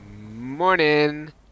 Morning